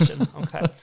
Okay